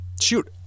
Shoot